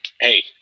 Hey